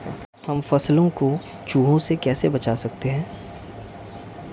हम फसलों को चूहों से कैसे बचा सकते हैं?